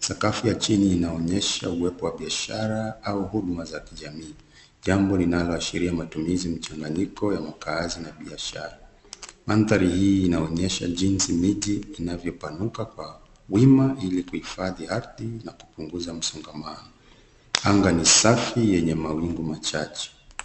Sakafu ya chini inaonyesha uwepo wa biashara au huduma za kijamii. Jambo linaloashiria matumizi mchanganyiko ya makaazi na biashara. Mandhari hii inaonyesha jinsi miji inavyopanuka kwa wima Ili kuhifadhi ardhi, na kumpunguzia msongamano. Anga ni safi yenye mawingu machache.